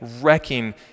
Wrecking